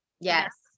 yes